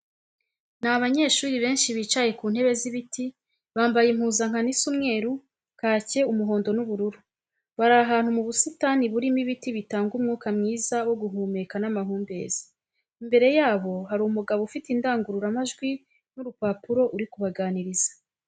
Ni abanyeshuri benshi bicaye ku ntebe z'ibiti, bambaye impuzankano isa umweru, kake, umuhondo n'ubururu. Bari ahantu mu busitani burimo ibiti bitanga umwuka mwiza wo guhumeka n'amahumbezi. Imbere yabo hari umugabo ufite indangururamajwi n'urupapuro uri kubaganiriza.